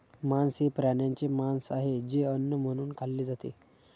मांस हे प्राण्यांचे मांस आहे जे अन्न म्हणून खाल्ले जाते